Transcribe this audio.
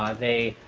they